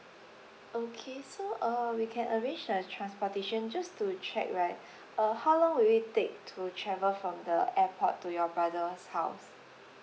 okay so uh we can arrange the transportation just to check right uh how long will it take to travel from the airport to your brother's house